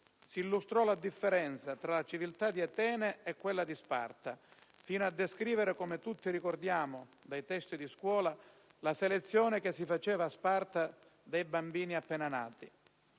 Si illustrò la differenza tra la civiltà di Atene e quella di Sparta, fino a descrivere - come tutti ricordiamo dai libri di scuola - la selezione che si faceva a Sparta dei bambini appena nati.